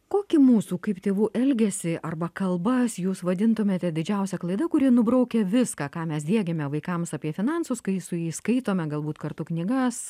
kokį mūsų kaip tėvų elgesį arba kalbas jūs vadintumėte didžiausia klaida kuri nubraukia viską ką mes diegiame vaikams apie finansus kai su jais skaitome galbūt kartu knygas